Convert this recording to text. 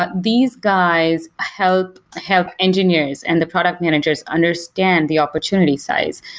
but these guys help help engineers and the product managers understand the opportunity size.